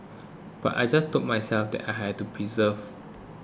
but I just told myself that I had to persevere